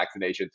vaccinations